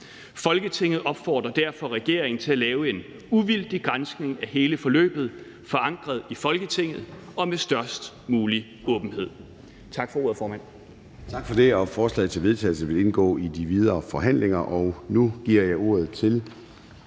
Folketinget opfordrer derfor regeringen til at lave en uvildig granskning af hele forløbet forankret i Folketinget og med størst mulig åbenhed.«